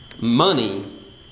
money